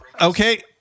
Okay